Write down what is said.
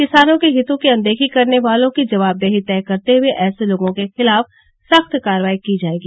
किसानों के हितों की अनदेखी करने वालों की जवाबदेही तय करते हुए ऐसे लोगों की खिलाफ सख्त कार्रवाई की जाएगी